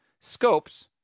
Scopes